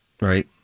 Right